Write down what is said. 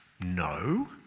No